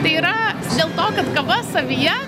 tai yra dėl to kad kava savyje